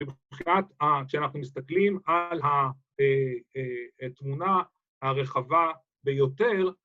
‫ובכלל, כשאנחנו מסתכלים ‫על התמונה הרחבה ביותר..